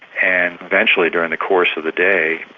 and eventually, during the course of the day,